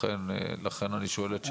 לכן אני שואל את שאלתי.